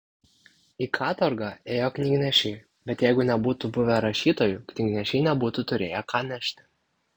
į katorgą ėjo knygnešiai bet jeigu nebūtų buvę rašytojų knygnešiai nebūtų turėję ką nešti